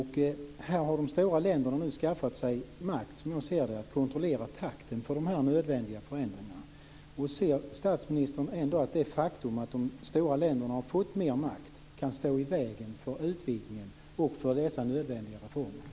Här har de stora länderna nu skaffat sig makt, som jag ser det, att kontrollera takten för de nödvändiga förändringarna. Anser statsministern att det faktum att de stora länderna har fått mer makt kan stå i vägen för utvidgningen och för dessa nödvändiga reformer?